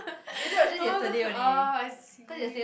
oh god orh I see